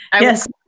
yes